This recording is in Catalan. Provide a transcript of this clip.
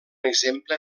exemple